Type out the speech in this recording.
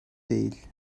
değil